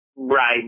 Right